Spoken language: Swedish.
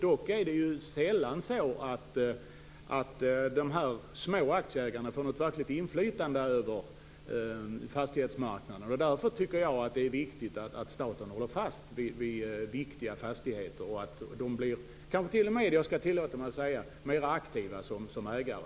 Dock är det sällan som de små aktieägarna får något verkligt inflytande över fastighetsmarknaden. Därför är det viktigt att staten håller fast vid viktiga fastigheter och att de, kanske jag t.o.m. skall tillåta mig att säga, blir mer aktiva som ägare.